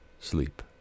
sleep